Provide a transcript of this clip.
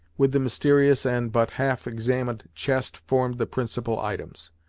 with the mysterious and but half examined chest formed the principal items.